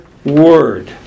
Word